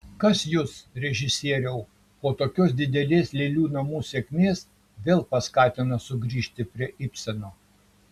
kas jus režisieriau po tokios didelės lėlių namų sėkmės vėl paskatino sugrįžti prie ibseno